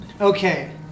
Okay